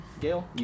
Gail